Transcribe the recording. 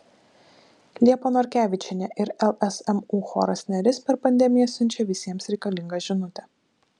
liepa norkevičienė ir lsmu choras neris per pandemiją siunčia visiems reikalingą žinutę